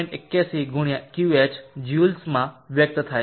81 × Qh જ્યુલ્સમાં વ્યક્ત થાય છે